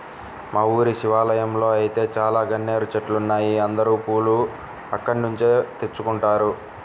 మా ఊరి శివాలయంలో ఐతే చాలా గన్నేరు చెట్లున్నాయ్, అందరూ పూలు అక్కడ్నుంచే తెచ్చుకుంటారు